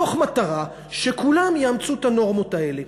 מתוך מטרה שכולם יאמצו את הנורמות האלה.